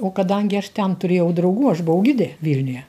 o kadangi aš ten turėjau draugų aš buvau gidė vilniuje